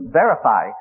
verify